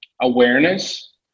awareness